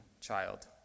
child